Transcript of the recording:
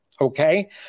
Okay